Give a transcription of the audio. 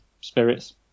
spirits